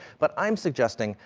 but i'm suggesting,